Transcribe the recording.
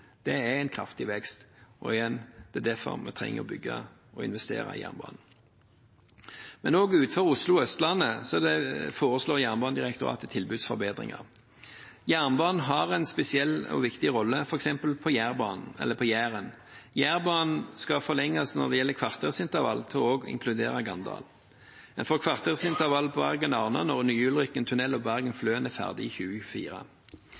Det er en kraftig vekst. Og igjen: Det er derfor vi trenger å bygge og investere i jernbanen. Men også utenfor Oslo og Østlandet foreslår Jernbanedirektoratet tilbudsforbedringer. Jernbanen har en spesiell og viktig rolle, f.eks. på Jæren. Jærbanen skal med kvartersintervall inkluderes til også å inkludere Ganddal. Vi får kvartersintervall på Bergen–Arna når ny Ulriken-tunnel og Bergen–Fløen er ferdig i 2024. Det er et tiltak som riktignok kommer litt senere enn det vi håpte, rett og slett fordi en